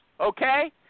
okay